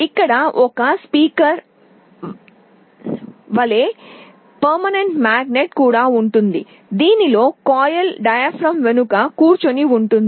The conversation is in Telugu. ఇక్కడ ఒక స్పీకర్ వలె శాశ్వత అయస్కాంతం కూడా ఉంటుంది దీనిలో కాయిల్ డయాఫ్రామ్ వెనుక కూర్చుని ఉంటుంది